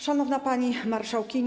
Szanowna Pani Marszałkini!